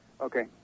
Okay